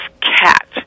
cat